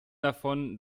davon